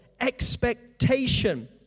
expectation